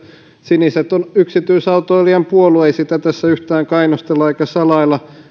siniset on yksityisautoilijan puolue ei sitä tässä yhtään kainostella eikä salailla